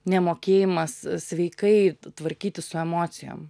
nemokėjimas sveikai tvarkytis su emocijom